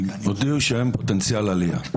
הודיעו שהם פוטנציאל עלייה.